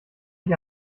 ich